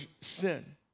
sin